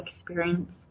experience